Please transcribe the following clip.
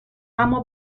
اما